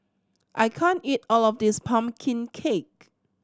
I can't eat all of this pumpkin cake